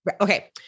okay